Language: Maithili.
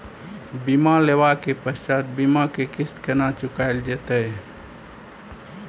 बीमा लेबा के पश्चात बीमा के किस्त केना चुकायल जेतै?